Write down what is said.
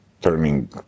turning